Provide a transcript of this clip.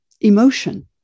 emotion